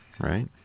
right